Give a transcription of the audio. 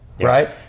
right